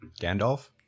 Gandalf